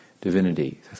divinity